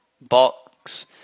box